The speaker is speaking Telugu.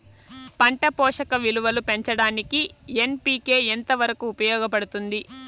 పంట పోషక విలువలు పెంచడానికి ఎన్.పి.కె ఎంత వరకు ఉపయోగపడుతుంది